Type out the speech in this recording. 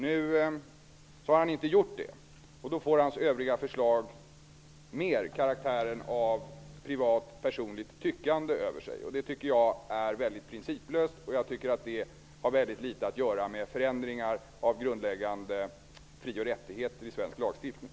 Nu har han inte gjort det. Då får hans övriga förslag mer karaktären av privat personligt tyckande över sig. Det är principlöst, och det har litet att göra med förändringar av grundläggande fri och rättigheter i svensk lagstiftning.